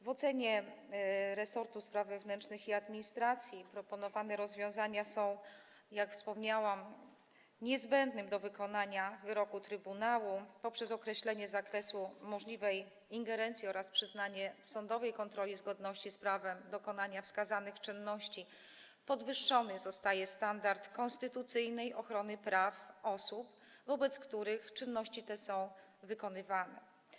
W ocenie resortu spraw wewnętrznych i administracji proponowane rozwiązania są, jak wspomniałam, niezbędne do wykonania wyroku trybunału poprzez określenie zakresu możliwej ingerencji oraz przyznanie sądowej kontroli zgodności z prawem dokonania wskazanych czynności, podwyższony zostaje standard konstytucyjnej ochrony praw osób, wobec których te czynności są wykonywane.